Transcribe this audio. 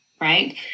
right